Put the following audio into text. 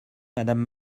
madame